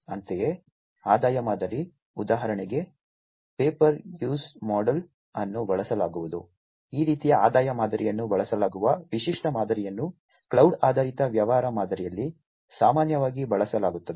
ಅಂತೆಯೇ ಆದಾಯ ಮಾದರಿ ಉದಾಹರಣೆಗೆ ಪೇ ಪರ್ ಯೂಸ್ಡ್ ಮಾಡೆಲ್ ಅನ್ನು ಬಳಸಲಾಗುವುದೇ ಈ ರೀತಿಯ ಆದಾಯ ಮಾದರಿಯನ್ನು ಬಳಸಲಾಗುವ ವಿಶಿಷ್ಟ ಮಾದರಿಯನ್ನು ಕ್ಲೌಡ್ ಆಧಾರಿತ ವ್ಯವಹಾರ ಮಾದರಿಯಲ್ಲಿ ಸಾಮಾನ್ಯವಾಗಿ ಬಳಸಲಾಗುತ್ತದೆ